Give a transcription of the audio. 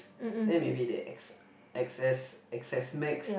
then maybe the X x_s x_s-max